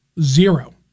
zero